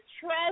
trust